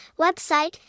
Website